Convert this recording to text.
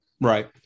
Right